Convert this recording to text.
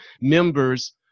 members